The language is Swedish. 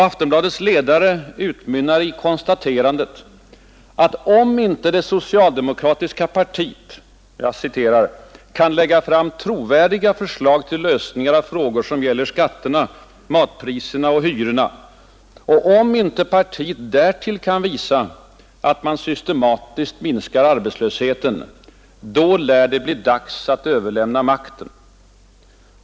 Aftonbladets ledare utmynnar i konstaterandet att om inte det socialdemokratiska partiet ”kan lägga fram trovärdiga förslag till lösningar av frågor som gäller skatterna, matpriserna och hyrorna och om inte partiet därtill kan visa att man systematiskt minskar arbetslösheten, då lär det bli dags att överlämna makten”.